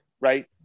Right